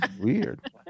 weird